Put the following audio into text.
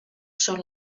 són